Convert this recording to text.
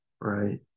Right